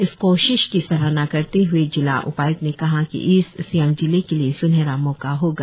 इस कोशिश की सराहना करते हए जिला उपाय्क्त ने कहा कि ईस्ट सियांग जिले के लिए यह स्नहरा मौका होगा